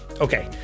Okay